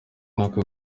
mwaka